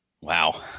Wow